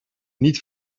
niet